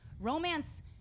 romance